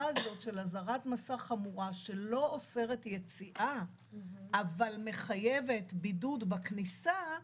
הזאת של אזהרת מסע חמורה שלא אוסרת יציאה אבל מחייבת בידוד בכניסה,